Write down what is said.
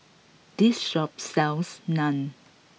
this shop sells Naan